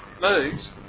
moves